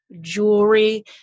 jewelry